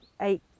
eight